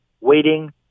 waiting